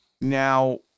now